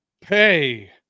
pay